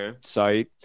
site